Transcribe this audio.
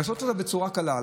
לעשות אותה בצורה קלה,